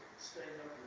so